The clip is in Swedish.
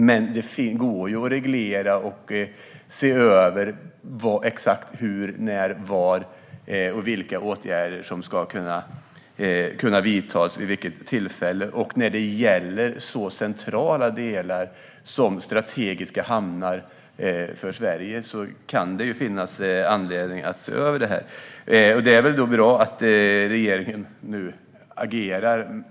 Men det går att reglera och se över exakt hur, när, var och vilka åtgärder som ska kunna vidtas och vid vilket tillfälle. När det gäller så centrala delar som strategiska hamnar för Sverige kan det finnas anledning att se över detta. Det är väl bra att regeringen nu agerar.